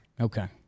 Okay